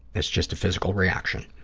it's just a physical reaction.